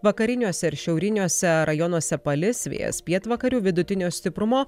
vakariniuose ir šiauriniuose rajonuose palis vėjas pietvakarių vidutinio stiprumo